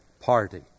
party